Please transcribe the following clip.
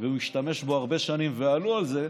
והוא השתמש בו הרבה שנים ועלו על זה,